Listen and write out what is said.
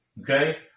Okay